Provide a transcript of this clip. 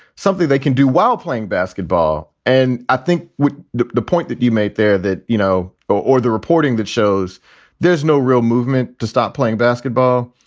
something they can do while playing basketball. and i think the the point that you made there that you know or the reporting that shows there is no real movement to stop playing basketball.